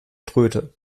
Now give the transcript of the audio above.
tröte